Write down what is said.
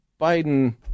Biden